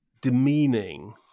demeaning